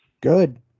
Good